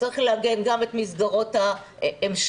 צריך לעגן גם את מסגרות ההמשך,